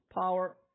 power